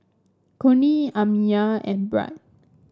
Cornie Amiyah and Brad